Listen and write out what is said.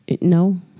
no